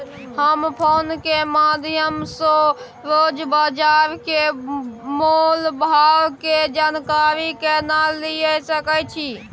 हम फोन के माध्यम सो रोज बाजार के मोल भाव के जानकारी केना लिए सके छी?